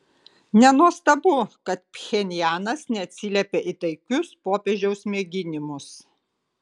nenuostabu kad pchenjanas neatsiliepė į taikius popiežiaus mėginimus